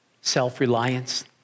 Self-reliance